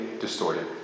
distorted